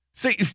See